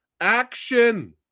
Action